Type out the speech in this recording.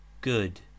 good